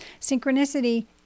Synchronicity